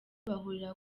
bahurira